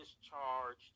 discharged